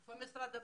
איפה משרד הבריאות?